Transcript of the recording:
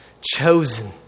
chosen